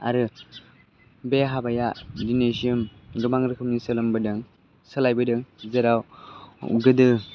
आरो बे हाबाया दिनैसिम गोबां रोखोमनि सोलायबोदों जेराव गोदो